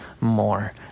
more